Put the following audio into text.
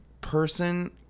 person